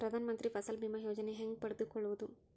ಪ್ರಧಾನ ಮಂತ್ರಿ ಫಸಲ್ ಭೇಮಾ ಯೋಜನೆ ಹೆಂಗೆ ಪಡೆದುಕೊಳ್ಳುವುದು?